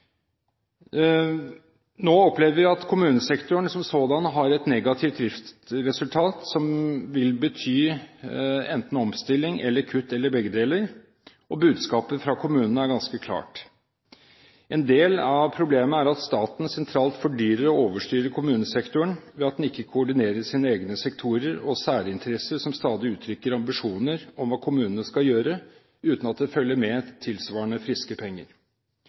Nå opplever vi at kommunesektoren som sådan har et negativt driftsresultat som vil bety enten omstilling eller kutt, eller begge deler, og budskapet fra kommunene er ganske klart. En del av problemet er at staten sentralt fordyrer og overstyrer kommunesektoren ved at den ikke koordinerer sine egne sektorer og særinteresser, som stadig uttrykker ambisjoner om hva kommunene skal gjøre, uten at det følger med tilsvarende friske penger.